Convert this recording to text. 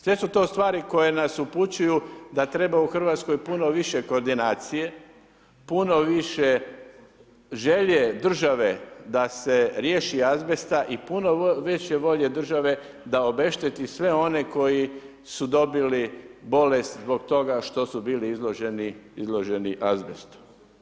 Sve su to stvari koje nas upućuju da treba u Hrvatskoj puno više koordinacije, puno više želje države da se riješi azbesta i puno više volje države da obešteti sve one koji su dobili bolest zbog toga što su bili izloženi azbestu.